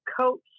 coach